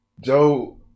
Joe